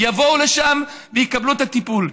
יבואו לשם ויקבלו את הטיפול.